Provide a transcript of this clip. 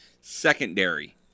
secondary